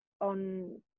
on